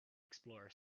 explorer